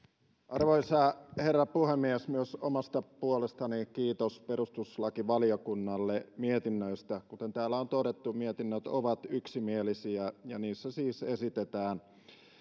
arvoisa herra puhemies myös omasta puolestani kiitos perustuslakivaliokunnalle mietinnöistä kuten täällä on todettu mietinnöt ovat yksimielisiä ja niissä siis esitetään